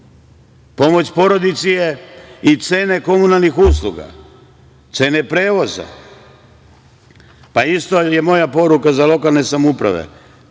Pomoć porodici je i cene komunalnih usluga, cene prevoza. Isto moja poruka za lokalne samouprave,